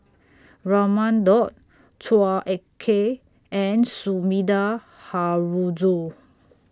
Raman Daud Chua Ek Kay and Sumida Haruzo